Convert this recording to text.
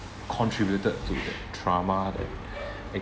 contributed to the trauma that